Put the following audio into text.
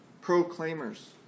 proclaimers